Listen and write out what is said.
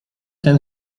ten